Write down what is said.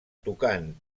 tocant